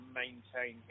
maintain